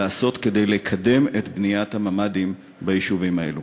לעשות כדי לקדם את בניית הממ"דים ביישובים האלה,